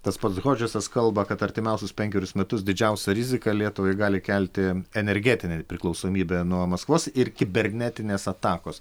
tas pats hodžesas kalba kad artimiausius penkerius metus didžiausią riziką lietuvai gali kelti energetinė nepriklausomybė nuo maskvos ir kibernetinės atakos